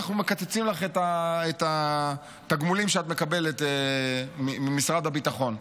אנחנו מקצצים לך את התגמולים שאת מקבלת ממשרד הביטחון.